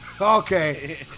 okay